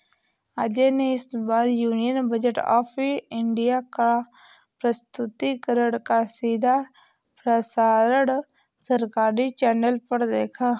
अजय ने इस बार यूनियन बजट ऑफ़ इंडिया का प्रस्तुतिकरण का सीधा प्रसारण सरकारी चैनल पर देखा